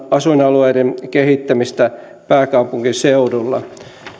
asuinalueiden kehittämistä pääkaupunkiseudulla